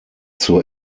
zur